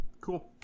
cool